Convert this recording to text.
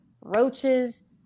roaches